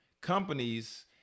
Companies